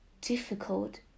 difficult